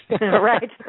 Right